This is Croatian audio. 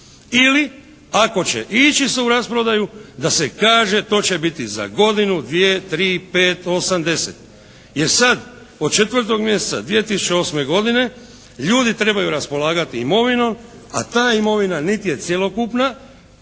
Ili ako će ići se u rasprodaju da se kaže, to će biti za godinu, dvije, tri, pet, osam, deset. Jer sad od 4. mjeseca 2008. godine ljudi trebaju raspolagati imovinom, a ta imovina nit je cjelokupna,